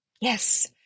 yes